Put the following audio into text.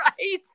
Right